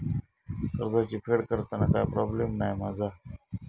कर्जाची फेड करताना काय प्रोब्लेम नाय मा जा?